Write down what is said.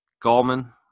Gallman